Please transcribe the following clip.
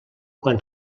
quan